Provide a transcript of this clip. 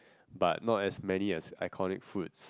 but not as many as iconic foods